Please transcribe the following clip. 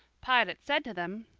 pilate said to them,